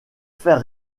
faire